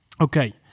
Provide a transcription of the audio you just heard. Okay